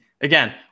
again